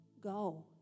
go